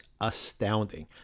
astounding